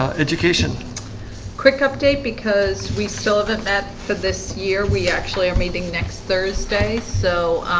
education quick update because we still haven't met for this year. we actually are meeting next thursday. so